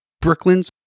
Brooklyn's